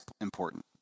important